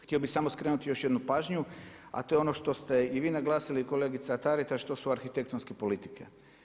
Htio bi samo skrenuti još jednu pažnju, a to je ono što ste i vi naglasili kolegica Taritaš, to su arhitektonske politike.